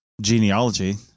genealogy